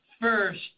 First